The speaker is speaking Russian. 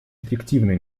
эффективные